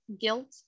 guilt